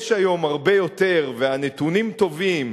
יש היום הרבה יותר, והנתונים טובים,